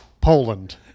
Poland